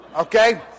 okay